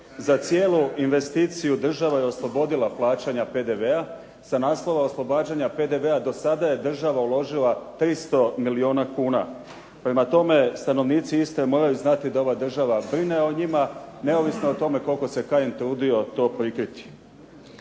Za cijelu investiciju država je oslobodila plaćanja PDV-a. Sa naslova oslobađanja PDV-a do sada je država uložila 300 milijona kuna. Prema tome, stanovnici Istre moraju znati da ova država brine o njima, neovisno o tome koliko se Kajin trudio to prikriti.